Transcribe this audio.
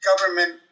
government